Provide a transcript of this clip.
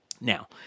Now